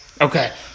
Okay